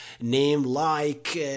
name-like